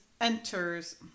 enters